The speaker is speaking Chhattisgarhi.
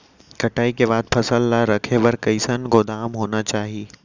कटाई के बाद फसल ला रखे बर कईसन गोदाम होना चाही?